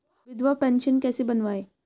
विधवा पेंशन कैसे बनवायें?